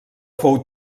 fou